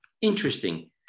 Interesting